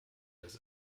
dass